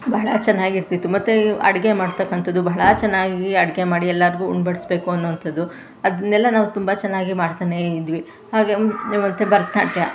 ಬಹಳ ಚೆನ್ನಾಗಿರ್ತಿತ್ತು ಮತ್ತು ಅಡುಗೆ ಮಾಡ್ತತಕ್ಕಂಥದ್ದು ಬಹಳ ಚೆನ್ನಾಗಿ ಅಡುಗೆ ಮಾಡಿ ಎಲ್ಲಾರಿಗು ಉಣ ಬಡಿಸಬೇಕು ಅನ್ನೋವಂಥದ್ದು ಅದನ್ನೆಲ್ಲ ನಾವು ತುಂಬ ಚೆನ್ನಾಗಿ ಮಾಡ್ತಲೇ ಇದ್ವಿ ಹಾಗೆ ಮತ್ತು ಭರತನಾಟ್ಯ